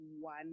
one